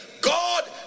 God